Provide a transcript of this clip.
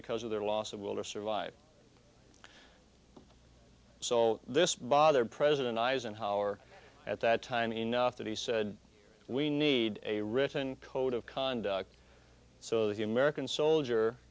because of their loss of will to survive so this bothered president eisenhower at that time enough that he said we need a written code of conduct so that the american soldier